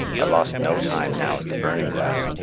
i lost no time now at the burning-glass.